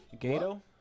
Gato